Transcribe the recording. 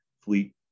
fleet